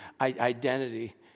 identity